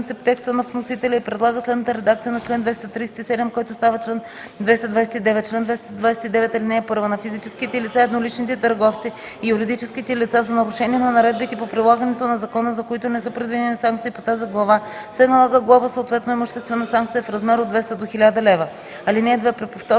текста на вносителя и предлага следната редакция на чл. 237, който става чл. 229: „Чл. 229. (1) На физическите лица, едноличните търговци и юридическите лица за нарушения на наредбите по прилагането на закона, за които не са предвидени санкции по тази глава, се налага глоба, съответно имуществена санкция, в размер от 200 до 1000 лв. (2) При повторно